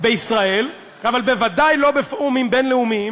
בישראל, אבל בוודאי לא בפורומים בין-לאומיים.